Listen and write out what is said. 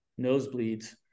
nosebleeds